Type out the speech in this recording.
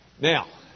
Now